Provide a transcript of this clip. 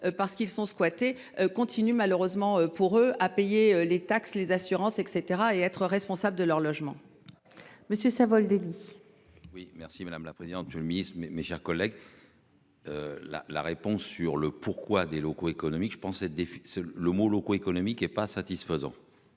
parce qu'ils sont squattés continue, malheureusement pour eux à payer les taxes, les assurances et cetera et être responsable de leur logement. Monsieur Savoldelli. Oui merci madame la présidente. Monsieur le Ministre, mes, mes chers collègues. La la réponse sur le pourquoi des locaux économique je pense être. Le mot locaux économique est pas satisfaisant.